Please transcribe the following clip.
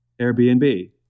Airbnb